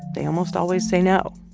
they almost always say no.